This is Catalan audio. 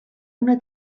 una